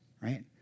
right